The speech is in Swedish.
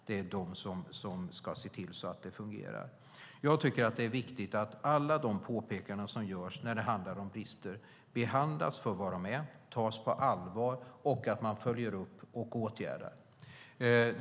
Det är de som ska se till att det fungerar. Det är viktigt att alla de påpekanden som görs om brister behandlas för vad de är, tas på allvar och följs upp och åtgärdas.